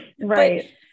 right